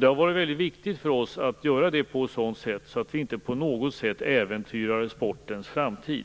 Det har varit väldigt viktigt för oss att göra det på ett sådant sätt att vi inte äventyrar sportens framtid.